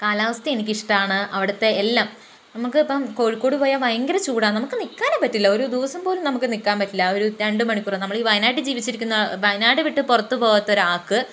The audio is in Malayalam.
കാലാവസ്ഥ എനിക്കിഷ്ടാണ് അവിടത്തെ എല്ലാം നമുക്കിപ്പം കോഴിക്കോട് പോയാ ഭയങ്കര ചൂടാ നമുക്ക് നിക്കാനേ പറ്റില്ല ഒരു ദിവസം പോലും നമുക്ക് നിക്കാൻ പറ്റില്ല ആ ഒരു രണ്ടുമണിക്കൂറ് നമ്മളീ വയനാട്ടിൽ ജീവിച്ചിരിക്കുന്ന വയനാട് വിട്ടു പുറത്തു പോവാത്തോരാൾക്ക്